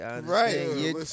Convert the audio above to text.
Right